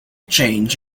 change